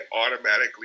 automatically